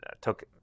took